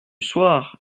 soir